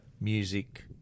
music